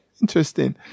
Interesting